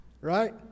right